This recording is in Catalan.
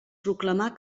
proclamà